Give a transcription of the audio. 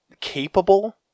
capable